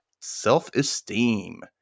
Self-Esteem